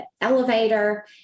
elevator